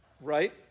Right